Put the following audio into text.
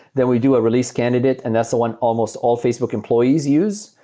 that we do a release candidate, and that's the one almost all facebook employees use.